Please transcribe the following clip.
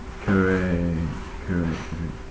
correct correct